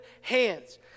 hands